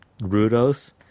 Rudos